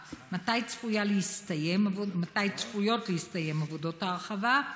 3. מתי צפויות להסתיים עבודות ההרחבה?